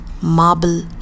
marble